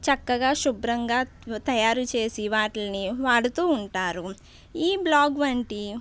చక్కగా శుభ్రంగా తయారు చేసి వాటిని వాడుతూ ఉంటారు ఈ బ్లాగ్ వంటి